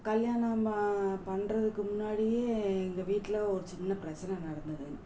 கல்யாணம் பண்ணுறதுக்கு முன்னாடியே எங்கள் வீட்டில ஒரு சின்னப் பிரச்சனை நடந்தது